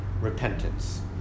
repentance